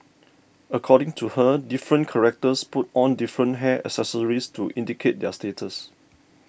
according to her different characters put on different hair accessories to indicate their status